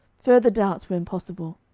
further doubts were impossible.